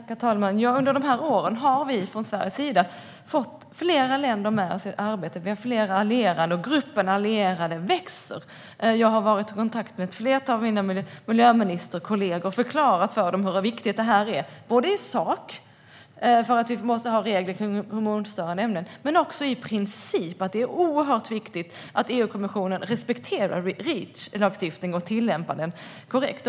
Herr talman! Ja, under de här åren har vi från Sveriges sida fått flera länder med oss i arbetet. Vi har flera allierade, och gruppen av allierade växer. Jag har varit i kontakt med ett flertal av mina miljöministerkollegor och förklarat för dem hur viktigt det här är - både i sak, eftersom vi måste ha regler kring hormonstörande ämnen, och i princip. Det är oerhört viktigt att EU-kommissionen respekterar Reachlagstiftningen och tillämpar den korrekt.